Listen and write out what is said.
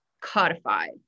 codified